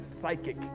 psychic